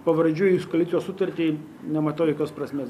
pavardžių is koalicijos sutartį nematau jokios prasmės